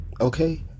Okay